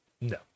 No